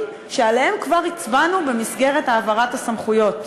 שעליהם כבר הצבענו במסגרת העברת הסמכויות.